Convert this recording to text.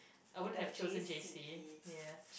I wouldn't have chosen J_C ya